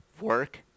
work